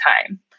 time